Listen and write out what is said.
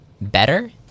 better